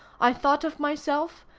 i thought of myself,